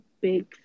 big